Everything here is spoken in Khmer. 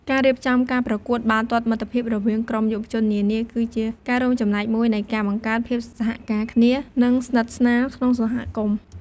ការរៀបចំការប្រកួតបាល់ទាត់មិត្តភាពរវាងក្រុមយុវជននានា គឺជាការរួមចំណែកមួយនៃការបង្កើតភាពសហការគ្នា និងស្និទ្ធស្នាលក្នុងសហគមន៍។